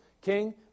King